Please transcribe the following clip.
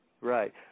Right